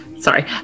Sorry